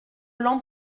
l’an